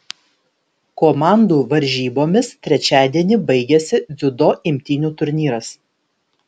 komandų varžybomis trečiadienį baigiasi dziudo imtynių turnyras